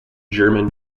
german